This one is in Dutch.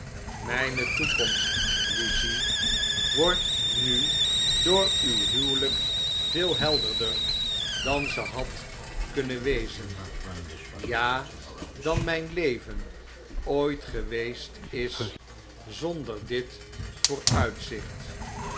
mpe toekomst lucie wordt nu door uw huwelijk veel helderder dan ze had kunnen wezen ja dan mp leven ooit geweest is zonder dit vooruitzicht